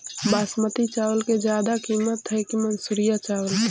बासमती चावल के ज्यादा किमत है कि मनसुरिया चावल के?